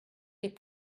des